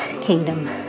kingdom